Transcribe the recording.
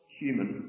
human